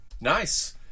Nice